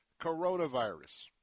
coronavirus